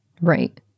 Right